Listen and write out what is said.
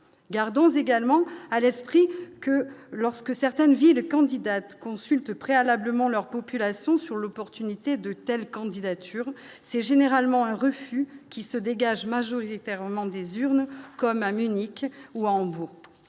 gardons également à l'esprit que lorsque certaines villes candidates consulte préalablement leur population sur l'opportunité de telles candidatures, c'est généralement un refus qui se dégage, majoritairement des urnes comme à Münich ou Hambourg,